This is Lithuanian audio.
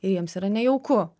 ir jiems yra nejauku